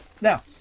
now